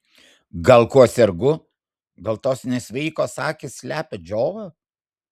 gal kuo sergu gal tos nesveikos akys slepia džiovą